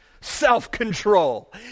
self-control